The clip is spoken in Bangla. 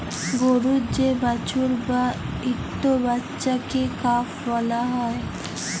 গরুর যে বাছুর বা ছট্ট বাচ্চাকে কাফ ব্যলা হ্যয়